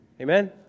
Amen